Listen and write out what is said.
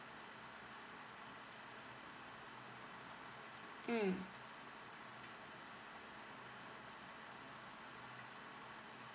mm